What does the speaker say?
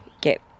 get